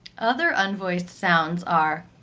other unvoiced sounds are